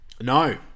No